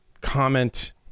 comment